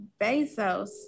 Bezos